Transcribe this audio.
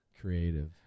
creative